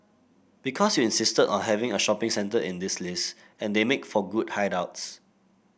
because you insisted on having a shopping centre in this list and they make for good hideouts